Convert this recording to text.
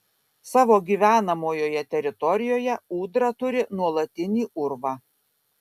savo gyvenamojoje teritorijoje ūdra turi nuolatinį urvą